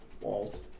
walls